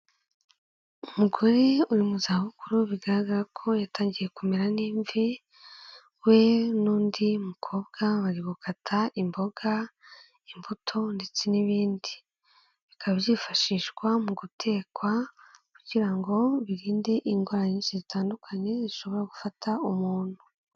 Umugore uri mu zabukuru bigaragara ko yatangiye kumera n'imvi, we n'undi mukobwa bari gukata imboga, imbuto ndetse n'ibindi, bikaba byifashishwa mu gutekwa kugira ngo birinde indwara nyinshi zitandukanye zishobora gufata umuntu.